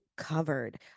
Covered